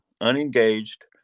unengaged